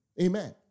Amen